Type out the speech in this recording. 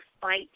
fight